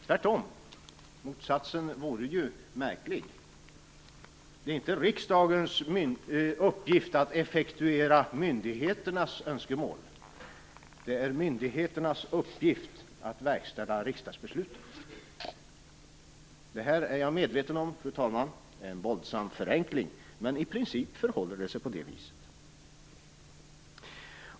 Tvärtom - motsatsen vore ju märklig. Det är inte riksdagens uppgift att effektuera myndigheternas önskemål. Det är myndigheternas uppgift att verkställa riksdagsbesluten. Jag är, fru talman, medveten om att det här är en våldsam förenkling, men i princip förhåller det sig på det viset.